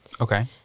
Okay